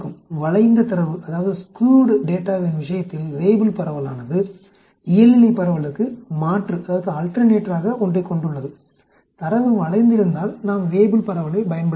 வளைந்த தரவின் விஷயத்தில் வேய்புல் பரவலானது இயல்நிலைப் பரவலுக்கு மாற்றாக ஒன்றைக் கொண்டுள்ளது தரவு வளைந்திருந்தால் நாம் வேய்புல் பரவலைப் பயன்படுத்தலாம்